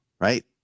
right